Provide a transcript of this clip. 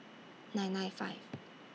nine nine five